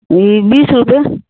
ای بیس روپیہ